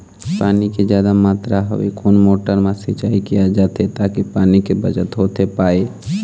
पानी के जादा मात्रा हवे कोन मोटर मा सिचाई किया जाथे ताकि पानी के बचत होथे पाए?